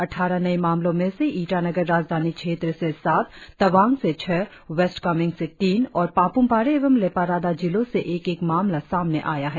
अद्वारह नए मामलो में से ईटानगर राजधानी क्षेत्र से सात तवांग से छह वेस्ट कामेंग से तीन और पापुमपारे एवं लेपाराडा जिलो से एक एक मामला सामने आया है